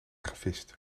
gevist